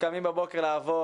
לעבוד,